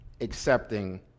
accepting